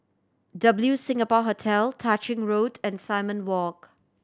W Singapore Hotel Tah Ching Road and Simon Walk